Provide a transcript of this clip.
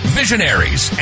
visionaries